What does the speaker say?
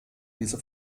diese